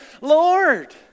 Lord